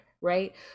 right